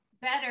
better